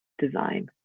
design